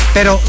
Pero